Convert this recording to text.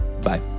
bye